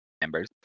members